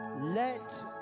let